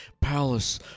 Palace